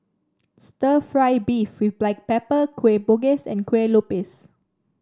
stir fry beef with Black Pepper Kueh Bugis and Kue Lupis